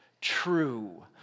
true